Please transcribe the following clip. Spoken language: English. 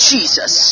Jesus